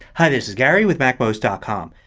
hi this is gary with macmost ah com.